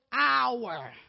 hour